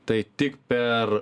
tai tik per